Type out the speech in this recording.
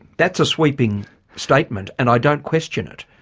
that's a sweeping statement and i don't question it.